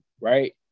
right